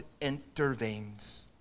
intervenes